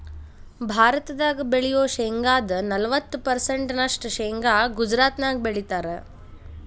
ಭಾರತದಾಗ ಬೆಳಿಯೋ ಶೇಂಗಾದ ನಲವತ್ತ ಪರ್ಸೆಂಟ್ ನಷ್ಟ ಶೇಂಗಾ ಗುಜರಾತ್ನ್ಯಾಗ ಬೆಳೇತಾರ